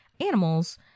animals